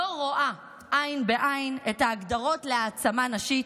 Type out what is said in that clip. לא רואה עין בעין את ההגדרות להעצמה נשית.